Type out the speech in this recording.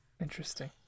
interesting